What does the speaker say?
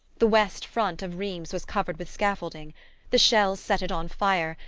the west front of rheims was covered with scaffolding the shells set it on fire,